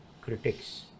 critics